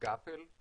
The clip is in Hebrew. "גאפל",